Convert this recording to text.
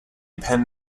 pen